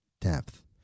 depth